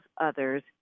others